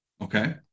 Okay